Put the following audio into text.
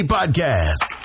Podcast